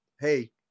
hey